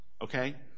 Okay